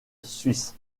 suisse